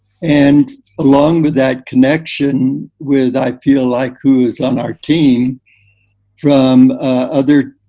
and along with that connection, with i feel like who's on our team from other.